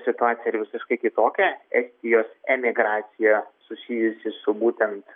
situacija yra visiškai kitokia estijos emigracija susijusi su būtent